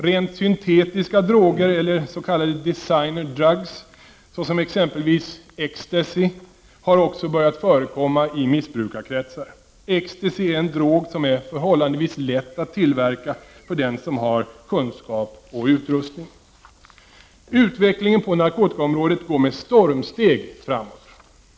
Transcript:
Rent syntetiska droger, eller s.k. designer drugs, såsom exempelvis Ecstasy, har också börjat förekomma i missbrukarkretsar. Ecstasy är en drog som är förhållandevis lätt att tillverka för den som har kunskap och utrustning. Utvecklingen på narkotikaområdet går framåt med stormsteg.